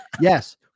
Yes